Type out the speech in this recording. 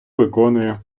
виконує